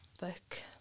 book